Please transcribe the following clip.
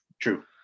true